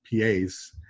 PAs